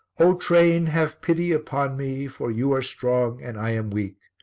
o train! have pity upon me for you are strong and i am weak,